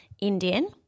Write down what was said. Indian